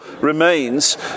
remains